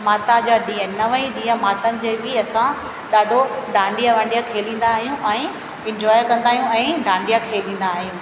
माता जा ॾींहं नव ई ॾींहं मातनि जे बि असां ॾाढो डांडिया वांडिया खेॾींदा आहियूं ऐं इंजॉय कंदा आहियूं ऐं डांडिया खेॾींदा आहियूं